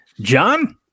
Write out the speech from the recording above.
John